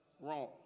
Wrong